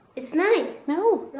it's nine. no.